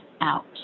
out